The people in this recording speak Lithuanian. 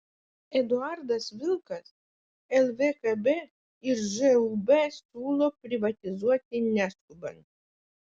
eduardas vilkas lvkb ir žūb siūlo privatizuoti neskubant